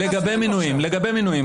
לגבי מינויים,